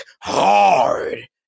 hard